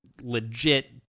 legit